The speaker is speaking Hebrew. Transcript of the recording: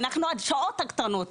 שאנחנו בעבודה עד השעות הקטנות.